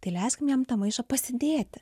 tai leiskim jam tą maišą pasidėti